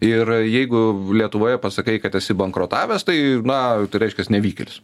ir jeigu lietuvoje pasakai kad esi bankrotavęs tai na reiškias nevykėlis